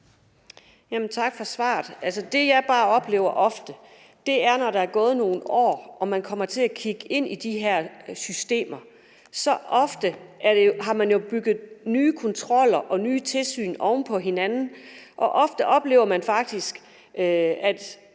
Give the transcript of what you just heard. Tak for svaret. Det, jeg bare oplever, er, at når der er gået nogle år og man kommer til at kigge ind i de her systemer, så er der jo ofte bygget nye kontroller og nye tilsyn oven på hinanden, og ofte oplever man faktisk,